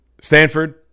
Stanford